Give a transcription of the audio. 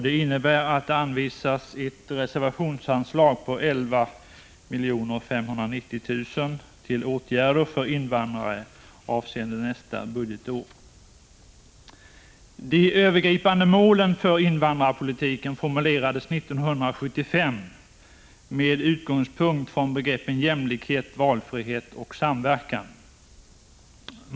Det innebär att det anvisas ett reservationsanslag på 11 590 000 kr. till åtgärder för invandrare avseende nästa budgetår. De övergripande målen för invandrarpolitiken formulerades 1975 med utgångspunkt i begreppen jämlikhet, valfrihet och samverkan.